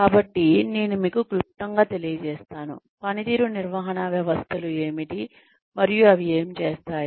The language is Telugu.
కాబట్టి నేను మీకు క్లుప్తంగా తెలియజేస్తాను పనితీరు నిర్వహణ వ్యవస్థలు ఏమిటి మరియు అవి ఏమి చేస్తాయి